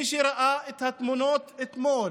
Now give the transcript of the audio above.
מי שראה את התמונות אתמול